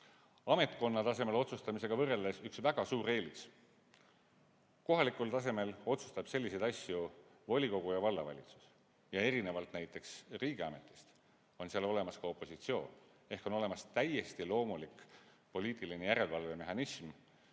ametkonna tasemel otsustamisega võrreldes üks väga suur eelis. Kohalikul tasemel otsustab selliseid asju volikogu ja vallavalitsus ja erinevalt näiteks riigiametist, on seal olemas ka opositsioon. Ehk on olemas täiesti loomulik poliitiline järelevalvemehhanism,